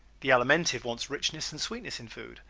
the alimentive wants richness and sweetness in food,